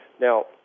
Now